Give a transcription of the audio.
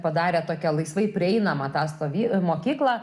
padarę tokią laisvai prieinamą tą stovyklą mokyklą